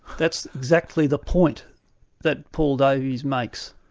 that's exactly the point that paul davies makes,